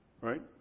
Right